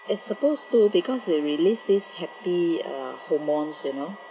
it's supposed to because they release this happy ah hormones you know